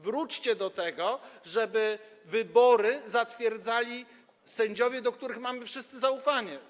Wróćcie do tego, żeby wybory zatwierdzali sędziowie, do których wszyscy mamy zaufanie.